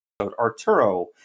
Arturo